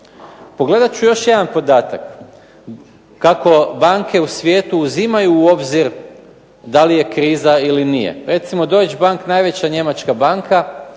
Pogledat ću još jedan podatak, kako banke u svijetu uzimaju u obzir da li je kriza ili nije. Recimo Deutsche Bank, najveća njemačka banka